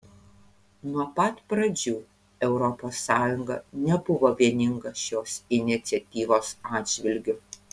nuo pat pradžių europos sąjunga nebuvo vieninga šios iniciatyvos atžvilgiu